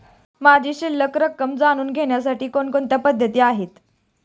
माझी शिल्लक रक्कम जाणून घेण्यासाठी कोणकोणत्या पद्धती आहेत?